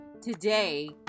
Today